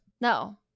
No